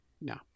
No